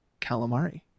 calamari